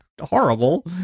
horrible